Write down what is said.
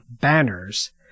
banners